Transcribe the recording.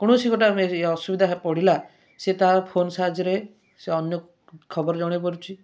କୌଣସି ଗୋଟା ଅସୁବିଧା ପଡ଼ିଲା ସେ ତା' ଫୋନ୍ ସାହାଯ୍ୟରେ ସେ ଅନ୍ୟକୁ ଖବର ଜଣେଇ ପାରୁଛି